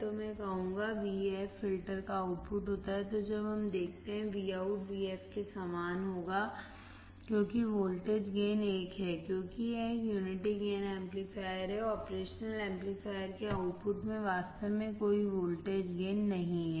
तो मैं कहूंगा vf फिल्टर का आउटपुट होता है तो जब हम देखते हैं Vout vf के समान होगा क्योंकि वोल्टेज गेन 1 है क्योंकि यह एक यूनिटी गेन एम्पलीफायर है ऑपरेशन एम्पलीफायर के आउटपुट में वास्तव में कोई वोल्टेज गेन नहीं है